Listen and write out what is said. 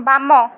ବାମ